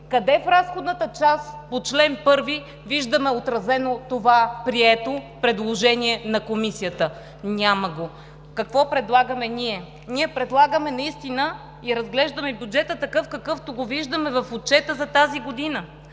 Къде в разходната част по чл. 1 виждаме отразено това прието предложение на Комисията? Няма го! Какво предлагаме ние? Ние предлагаме и разглеждаме бюджета такъв, какъвто го виждаме в отчета за тази година